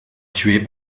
tué